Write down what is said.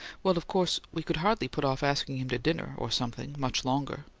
well, of course we could hardly put off asking him to dinner, or something, much longer.